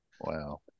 Wow